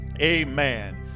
Amen